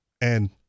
And-